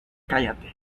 cállate